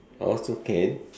also can